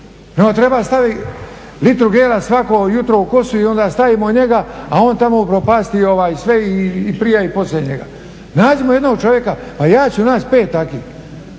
treba stavit litru … svako jutro u kosu i onda stavimo njega, a on tamo upropasti sve i prije i poslije njega. Nađimo jednog čovjeka, pa ja ću naći pet takvih.